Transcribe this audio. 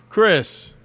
Chris